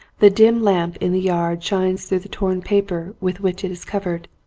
the dim lamp in the yard shines through the torn paper with which it is covered,